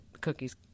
cookies